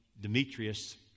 Demetrius